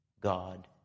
God